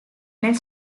nel